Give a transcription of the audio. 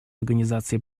организации